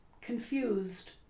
confused